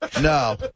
No